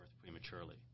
prematurely